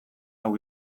hau